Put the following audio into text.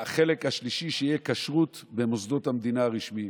החלק השלישי, שתהיה כשרות במוסדות המדינה הרשמיים.